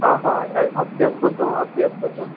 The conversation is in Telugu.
ఆహా అత్యద్భుతం అత్యద్భుతం